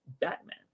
batman